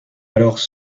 alors